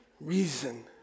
reason